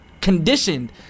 conditioned